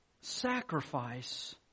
sacrifice